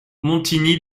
montigny